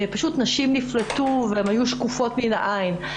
פשוט נשים נפלטו והיו שקופות מן העין.